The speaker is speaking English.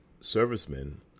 servicemen